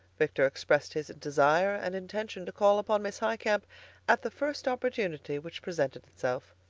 victor expressed his desire and intention to call upon miss highcamp at the first opportunity which presented itself.